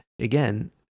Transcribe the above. again